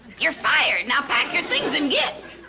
you're fired. now pack your things and git!